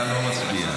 אתה לא מצביע.